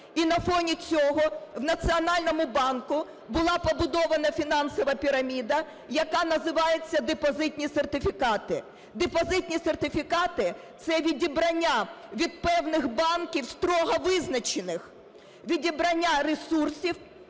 і на фоні цього в Національному банку була побудована фінансова піраміда, яка називається "депозитні сертифікати". Депозитні сертифікати – це відібрання від певних банків, строго визначених, відібрання ресурсів